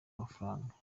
amafaranga